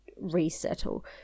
resettle